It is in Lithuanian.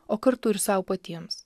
o kartu ir sau patiems